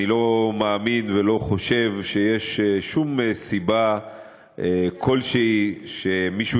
אני לא מאמין ולא חושב שיש סיבה כלשהי שמישהו